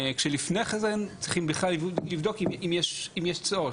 לפני כן צריך בכלל לבדוק האם יש צורך